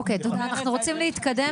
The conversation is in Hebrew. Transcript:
אוקיי, אנחנו רוצים להתקדם.